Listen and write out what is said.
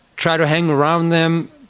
try to hang around them,